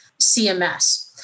CMS